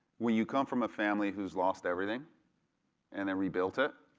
when you come from a family whose lost everything and then rebuilt it.